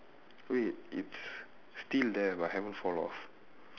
wait it's still there but haven't fall off